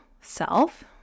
self